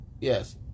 Yes